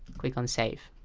click on save